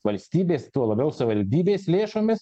valstybės tuo labiau savivaldybės lėšomis